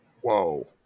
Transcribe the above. whoa